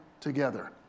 together